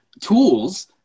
tools